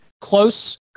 Close